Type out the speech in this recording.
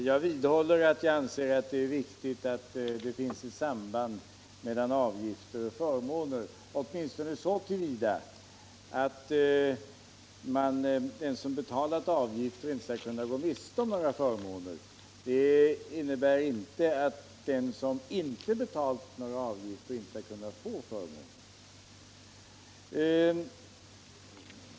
Herr talman! Jag vidhåller att det är riktigt att det finns ett samband mellan avgifter och förmåner, åtminstone så till vida att den som betalat avgifter inte skall kunna gå miste om några förmåner. Det innebär inte att den som ej betalat några avgifter inte skall kunna få förmåner.